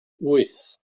wyth